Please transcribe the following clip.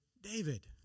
David